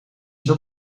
zat